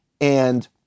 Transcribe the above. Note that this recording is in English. And-